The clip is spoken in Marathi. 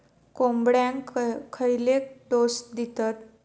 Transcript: कोंबड्यांक खयले डोस दितत?